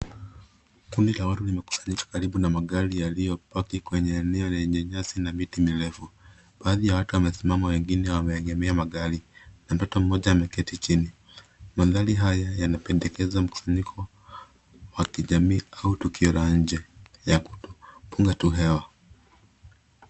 Kundi la watu limekusanyika karibu na magari yaliyopaki kwenye nyasi na miti mirefu. Baadhi ya watu wamesimama, wengine wamesimama karibu na magari, na mtu mmoja ameketi chini. Magari haya yanapendekeza kuwa mkusanyiko wa kijamii ama tukiola nje la kupunga tu hewa.